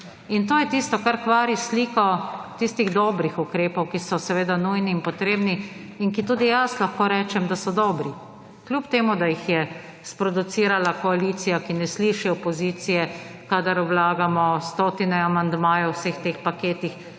In to je tisto, kar kvari sliko tistih dobrih ukrepov, ki so seveda nujni in potrebni in za katere tudi jaz lahko rečem, da so dobri, kljub temu da jih je sproducirala koalicija, ki ne sliši opozicije, kadar vlagamo stotine amandmajev v vseh teh paketih,